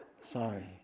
Sorry